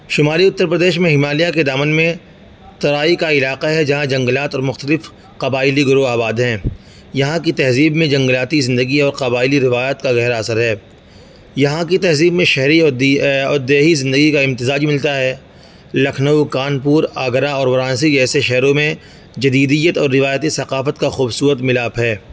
شمالی اتر پردیش میں ہمالیہ کے دامن میں ترائی کا علاقہ ہے جہاں جنگلات اور مختلف قبائلی گروہ آباد ہیں یہاں کی تہذیب میں جنگلاتی زندگی اور قبائلی روایات کا گہرا اثر ہے یہاں کی تہذیب میں شہری اور اور دیہی زندگی کا امتزاج بھی ملتا ہے لکھنؤ کانپور آگرہ اور ورانسی جیسے شہروں میں جدیدیت اور روایتی ثقافت کا خوبصورت ملاپ ہے